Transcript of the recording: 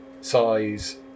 size